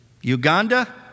Uganda